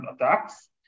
attacks